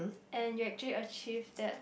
and you actually achieve that